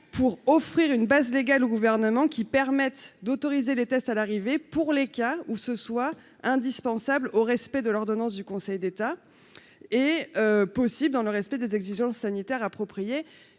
pour offrir une base légale au gouvernement qui permettent d'autoriser des tests à l'arrivée pour les cas où ce soit indispensable au respect de l'ordonnance du Conseil d'État est possible dans le respect des exigences sanitaires appropriées,